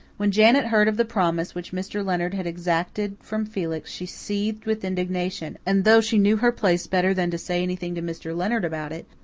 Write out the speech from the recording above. when janet heard of the promise which mr. leonard had exacted from felix she seethed with indignation and, though she knew her place better than to say anything to mr. leonard about it,